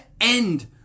end